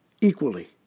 equally